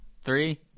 Three